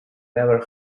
never